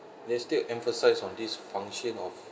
they still emphasize on this function of